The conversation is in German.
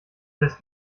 lässt